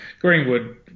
Greenwood